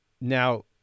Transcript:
now